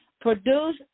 Produce